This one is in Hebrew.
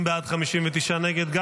50 בעד, 59 נגד.